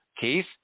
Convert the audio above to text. Keith